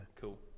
cool